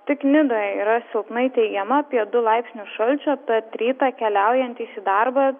tik nidoje yra silpnai teigiama apie du laipsnius šalčio tad rytą keliaujantys į darbą